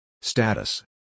Status